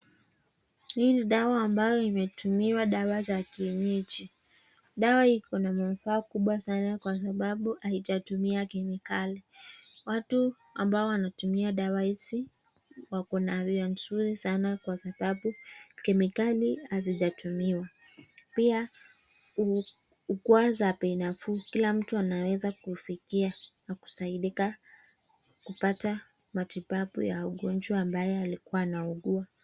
Hii ni dawa ambayo imetumiwa dawa za kienyeji. Dawa hii iko na manufaa kubwa sana kwa sababu haijatumia kemikali. Watu ambao wanatumia dawa hizi wako na afya nzuri sana kwa sababu kemikali hazijatumiwa. Pia uko za bei nafuu kila mtu anaweza kufikia na kusaidika kupata matibabu ya ugonjwa ambayo alikuwa anauguwa.